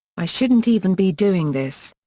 i shouldn't even be doing this.